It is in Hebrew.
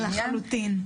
לחלוטין.